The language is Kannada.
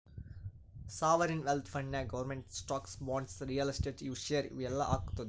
ಸಾವರಿನ್ ವೆಲ್ತ್ ಫಂಡ್ನಾಗ್ government stocks, bonds, real estate, share ಇವು ಎಲ್ಲಾ ಹಾಕ್ತುದ್